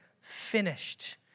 finished